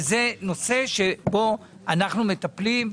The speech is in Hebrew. זה נושא שאנחנו מטפלים בו,